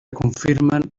confirmen